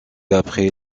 après